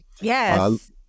Yes